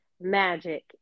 Magic